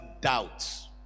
doubts